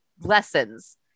lessons